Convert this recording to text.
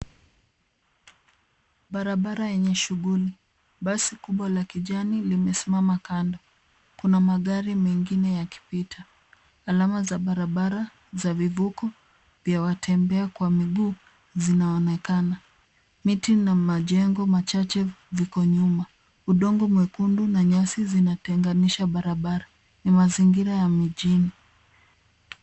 Barabara yenye shughuli, basi kubwa la kijani limesimama kando. Kuna magari mengine yakipita, alama za barabara za vivuko vya watembea kwa miguu zinaonekana. Miti na majengo machache viko nyuma. Udongo mwekundu na nyasi zinatenganisha barabara. Ni mazingira ya mijini.